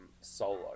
solo